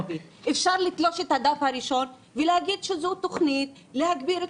אפשר לתלוש את הדף הראשון ולהגיד שזו תוכנית להגביר את